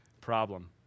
problem